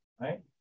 right